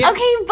Okay